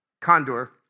Condor